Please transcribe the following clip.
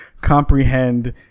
comprehend